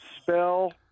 spell